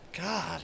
God